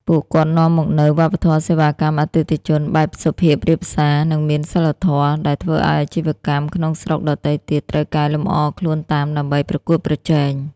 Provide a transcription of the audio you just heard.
ពួកគាត់នាំមកនូវ "វប្បធម៌សេវាកម្មអតិថិជន" បែបសុភាពរាបសារ និងមានសីលធម៌ ដែលធ្វើឱ្យអាជីវកម្មក្នុងស្រុកដទៃទៀតត្រូវកែលម្អខ្លួនតាមដើម្បីប្រកួតប្រជែង។